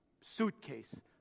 suitcase